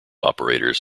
operators